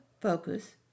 focus